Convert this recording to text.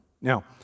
Now